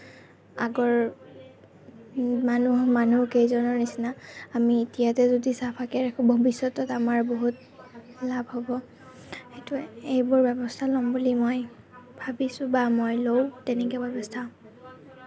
আগৰ মানুহ মানুহকেইজনৰ নিচিনা আমি এতিয়াতে যদি চাফাকে ৰাখোঁ ভৱিষ্য়তত আমাৰ বহুত লাভ হ'ব সেইটো এইবোৰ ব্যৱস্থা ল'ম বুলি মই ভাবিছোঁ বা মই লওঁ তেনেকুৱা ব্যৱস্থা